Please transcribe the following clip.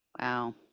Wow